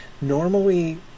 Normally